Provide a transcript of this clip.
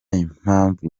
impamvu